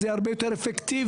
זה הרבה יותר אפקטיבי.